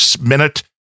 minute